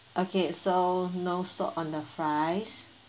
okay so no salt on the fries